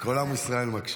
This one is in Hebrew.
כל עם ישראל מקשיב.